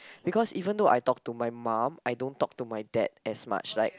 because even though I talk to my mum I don't talk to my dad as much like